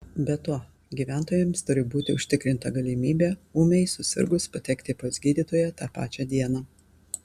be to gyventojams turi būti užtikrinta galimybė ūmiai susirgus patekti pas gydytoją tą pačią dieną